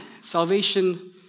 salvation